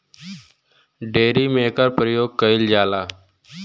dairy में एकर परियोग कईल जाला